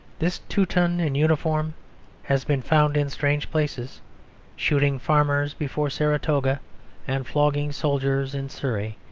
this teuton in uniform has been found in strange places shooting farmers before saratoga and flogging soldiers in surrey,